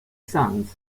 sons